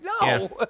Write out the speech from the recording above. no